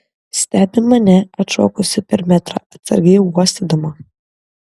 stebi mane atšokusi per metrą atsargiai uostydama